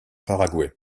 paraguay